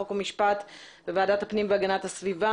חוק ומשפט וועדת הפנים והגנת הסביבה.